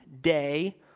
day